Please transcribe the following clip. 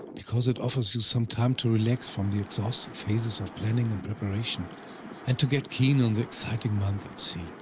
because it offers you some time to relax from the exhausting phases of planning and preparation and to get keen on the exciting month at sea.